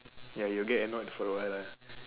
ya you will get annoyed for a while lah